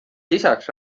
lisaks